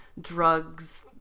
drugs